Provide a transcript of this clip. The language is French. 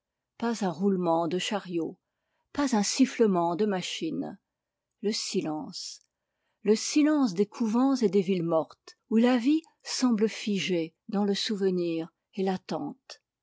pas un roulement de chariot pas un sifflement de machine le silence des villes mortes où la vie semble figée dans l'attente et le souvenir